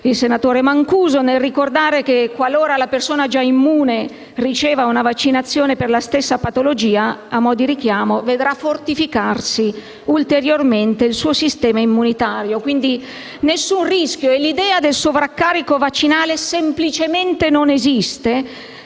il senatore Mancuso nel ricordare che qualora la persona già immune riceva una vaccinazione per la stessa patologia a mo' di richiamo, vedrà fortificarsi ulteriormente il suo sistema immunitario. Quindi non c'è alcun rischio e l'idea del sovraccarico vaccinale semplicemente non esiste